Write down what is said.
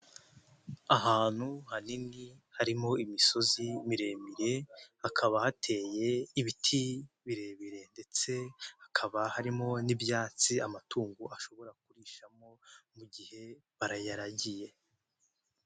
Ahantu hanini harimo imisozi miremire hakaba hateye ibiti birebire ndetse hakaba harimo n'ibyatsi amatungo ashobora kurishamo mu gihe bayaragiye.